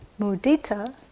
Mudita